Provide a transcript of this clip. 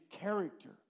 character